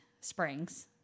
Springs